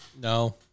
No